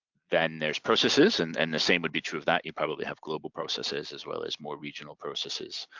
then there's processes and and the same would be true of that. you probably have global processes as well as more regional processes.